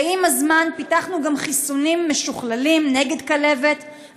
ועם הזמן פיתחנו גם חיסונים משוכללים נגד כלבת,